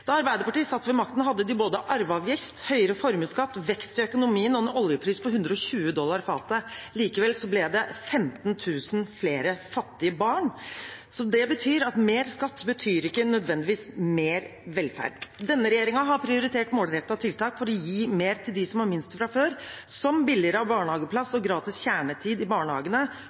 Da Arbeiderpartiet satt ved makten, hadde de både arveavgift, høyere formuesskatt, vekst i økonomien og en oljepris på 120 dollar fatet. Likevel ble det 15 000 flere fattige barn. Det betyr at mer skatt ikke nødvendigvis betyr mer velferd. Denne regjeringen har prioritert målrettede tiltak for å gi mer til dem som har minst fra før, som billigere barnehageplass og gratis kjernetid i barnehagene